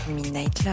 Midnight